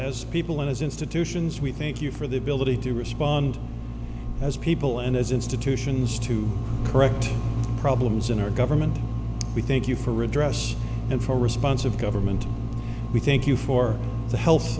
as people and as institutions we thank you for the ability to respond as people and as institutions to correct problems in our government we thank you for redress and for responsive government we thank you for the he